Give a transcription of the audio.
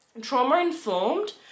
Trauma-informed